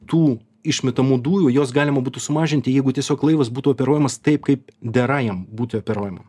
tų išmetamų dujų juos galima būtų sumažinti jeigu tiesiog laivas būtų operuojamas taip kaip dera jam būti operuojamam